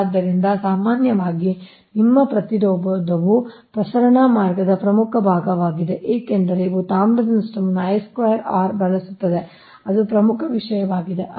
ಆದ್ದರಿಂದ ಸಾಮಾನ್ಯವಾಗಿ ನಿಮ್ಮ ಪ್ರತಿರೋಧವು ಪ್ರಸರಣ ಮಾರ್ಗದ ಪ್ರಮುಖ ಭಾಗವಾಗಿದೆಏಕೆಂದರೆ ಇದು ತಾಮ್ರದ ನಷ್ಟವನ್ನು ಬಳಸುತ್ತದೆ ಅದು ಪ್ರಮುಖ ವಿಷಯವಾಗಿದೆ